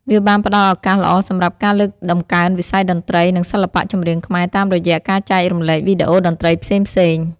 វាបានផ្ដល់ឱកាសល្អសម្រាប់ការលើកតម្កើងវិស័យតន្ត្រី និងសិល្បៈចម្រៀងខ្មែរតាមរយៈការចែករំលែកវីដេអូតន្ត្រីផ្សេងៗ។